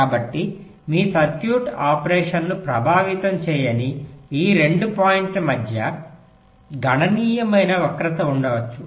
కాబట్టి మీ సర్క్యూట్ ఆపరేషన్ను ప్రభావితం చేయని ఈ 2 పాయింట్ల మధ్య గణనీయమైన వక్రత ఉండవచ్చు